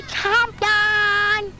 champion